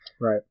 Right